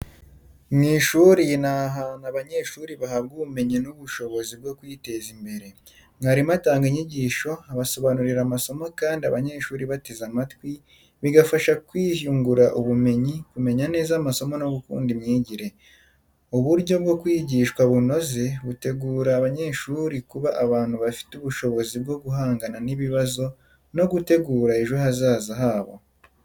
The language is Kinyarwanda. Mu ishuri ni ahantu abanyeshuri bahabwa ubumenyi n'ubushobozi bwo kwiteza imbere. Mwarimu atanga inyigisho, abasobanurira amasomo kandi abanyeshuri bateze amatwi, bigafasha kwiyungura ubumenyi, kumenya neza amasomo no gukunda imyigire. Uburyo bwo kwigishwa bunoze butegura abanyeshuri kuba abantu bafite ubushobozi bwo guhangana n'ibibazo no gutegura ejo hazaza habo.